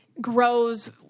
grows